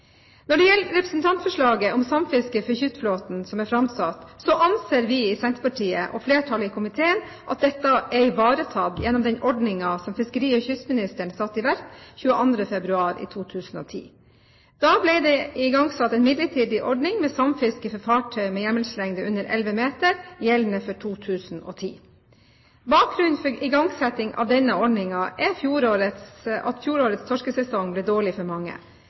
Når det gjelder representantforslaget om samfiske for kystflåten som er framsatt, anser vi i Senterpartiet og flertallet i komiteen at dette er ivaretatt gjennom den ordningen som fiskeri- og kystministeren satte i verk 22. februar 2010. Da ble det igangsatt en midlertidig ordning med samfiske for fartøy med hjemmelslengde under 11 meter, gjeldende for 2010. Bakgrunnen for igangsettingen av denne ordningen er at fjorårets torskesesong ble dårlig for mange.